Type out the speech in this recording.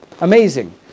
amazing